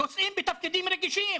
נושאים בתפקידים רגישים,